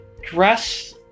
dress